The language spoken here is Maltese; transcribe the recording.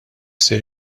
ser